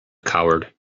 coward